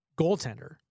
goaltender